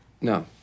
No